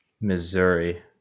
Missouri